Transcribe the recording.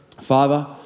Father